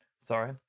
sorry